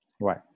right